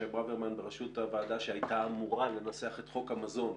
ברוורמן בראשות הוועדה שהייתה אמורה לנסח את חוק המזון,